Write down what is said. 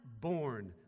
born